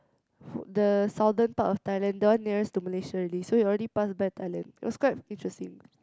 the Southern part of Thailand the one nearest to Malaysia already so he already pass by Thailand it was quite interesting